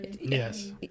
yes